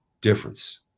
difference